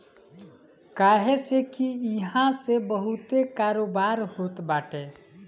काहे से की इहा से बहुते कारोबार होत बाटे